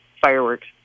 Fireworks